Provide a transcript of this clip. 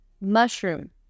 mushroom